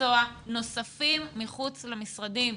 מקצוע נוספים מחוץ למשרדים,